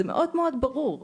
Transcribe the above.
זה מאוד מאוד ברור.